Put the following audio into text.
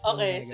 Okay